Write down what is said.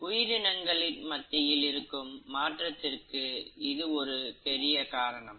உயிரினங்கள் மத்தியில் இருக்கும் மாற்றத்திற்கு இது ஒரு பெரிய காரணம்